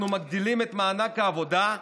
אנחנו מגדילים את מענק העבודה,